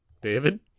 David